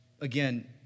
Again